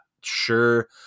sure